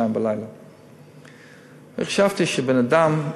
02:00. אני חשבתי שבן-אדם,